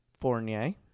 Fournier